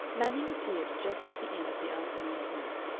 manning appeared just at the end of the afternoon's work,